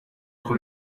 votre